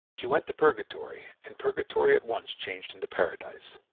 she went to purgatory and purgatory at once changed into paradise.